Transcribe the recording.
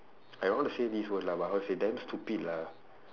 I don't want to say this word lah but how to say damn stupid lah